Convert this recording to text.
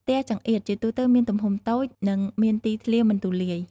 ផ្ទះចង្អៀតជាទូទៅមានទំហំតូច និងមានទីធ្លាមិនទូលាយ។